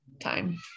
time